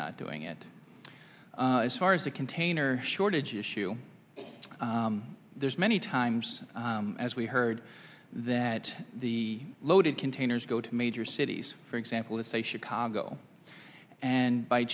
not doing it as far as the container shortage issue there's many times as we heard that the loaded containers go to major cities for example let's say chicago and by